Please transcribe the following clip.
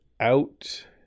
out